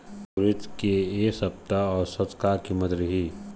उरीद के ए सप्ता औसत का कीमत रिही?